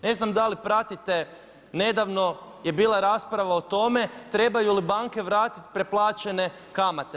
Ne znam da li pratite nedavno je bila rasprava o tome trebaju li banke vratiti preplaćene kamate.